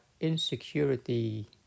insecurity